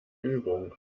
übung